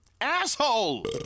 asshole